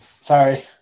Sorry